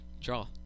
draw